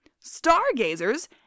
Stargazers